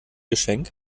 geschenk